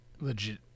legit